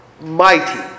Mighty